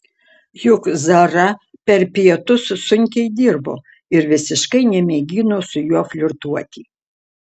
juk zara per pietus sunkiai dirbo ir visiškai nemėgino su juo flirtuoti